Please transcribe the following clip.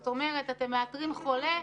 זאת אומרת, אתם מאתרים חולה.